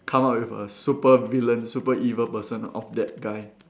come up with a supervillain super evil person of that guy